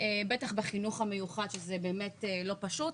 בטח בחינוך המיוחד שזה באמת לא פשוט,